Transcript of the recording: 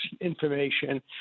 information